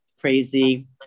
crazy